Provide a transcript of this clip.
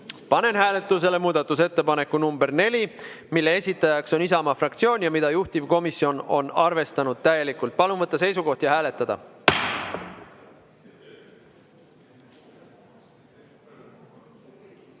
Panen hääletusele muudatusettepaneku nr 4, mille esitaja on Isamaa fraktsioon ja mida juhtivkomisjon on arvestanud täielikult. Palun võtta seisukoht ja hääletada!